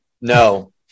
No